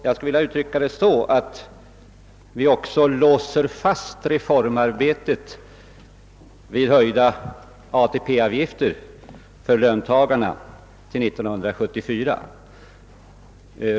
Jag skulle vilja uttrycka det så, att med höjda ATP-avgifter låser vi fast reformarbetet på andra områden för löntagarna fram till 1974.